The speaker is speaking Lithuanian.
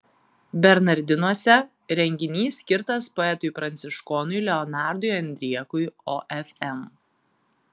bernardinuose renginys skirtas poetui pranciškonui leonardui andriekui ofm